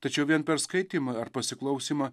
tačiau vien per skaitymą ar pasiklausymą